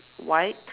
white